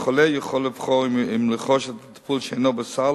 והחולה יכול לבחור אם לרכוש את הטיפול שאינו בסל